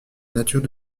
nature